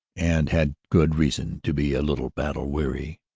and had good reason to be a little battle weary.